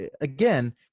again